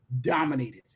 dominated